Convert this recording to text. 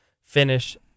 finish